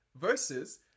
Versus